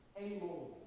anymore